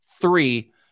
three